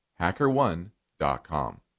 HackerOne.com